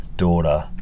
daughter